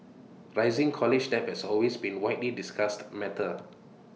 rising college debt has always been widely discussed matter